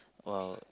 !wow!